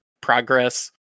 progress